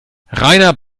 rainer